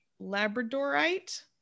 Labradorite